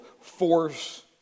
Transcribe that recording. force